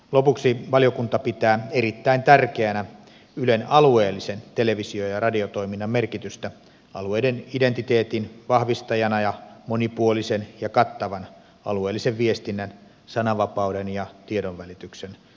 lopuksi valiokunta pitää erittäin tärkeänä ylen alueellisen televisio ja radiotoiminnan merkitystä alueiden identiteetin vahvistajana ja monipuolisen ja kattavan alueellisen viestinnän sananvapauden ja tiedonvälityksen takaajana